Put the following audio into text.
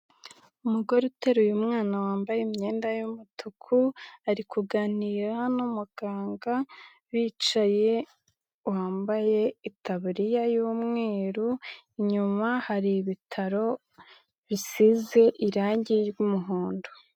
Umugore uteruye umwana wambaye imyenda y'umutuku ari kuganira n'umuganga bicaye wambaye itaburiya y'umweru, inyuma hari ibitaro bisize irange ry'umuhondo.